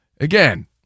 again